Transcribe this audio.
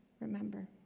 remember